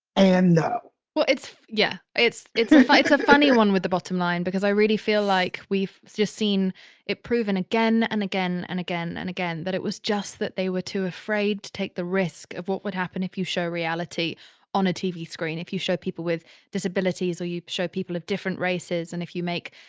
and no well, it's, yeah, it's, it's, it's a funny one with the bottom line because i really feel like we've just seen it proven again and again and again and again that it was just that they were too afraid to take the risk of what would happen if you show reality on a tv screen, if you show people with disabilities or you show people of different races, and if you make,